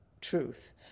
truth